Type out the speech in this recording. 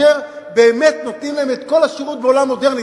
כשבאמת נותנים להם את כל השירות בעולם מודרני,